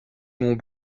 mont